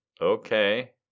Okay